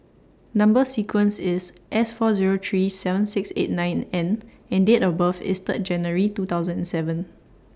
Number sequence IS S four Zero three seven six eight nine N and Date of birth IS Third January two thousand and seven